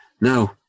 No